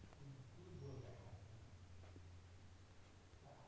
bast fibre phloem मधना मिळता